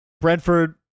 Brentford